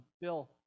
Bill